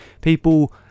People